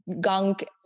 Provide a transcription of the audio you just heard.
gunk